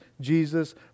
Jesus